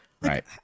right